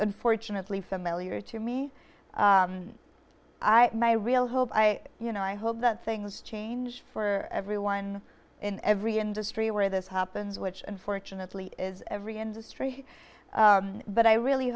unfortunately familiar to me i my real hope i you know i hope that things change for everyone in every industry where this happens which unfortunately is every industry but i really